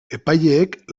epaileek